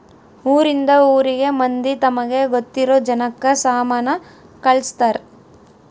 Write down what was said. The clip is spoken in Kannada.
ಊರಿಂದ ಊರಿಗೆ ಮಂದಿ ತಮಗೆ ಗೊತ್ತಿರೊ ಜನಕ್ಕ ಸಾಮನ ಕಳ್ಸ್ತರ್